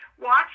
Watch